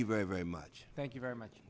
you very very much thank you very much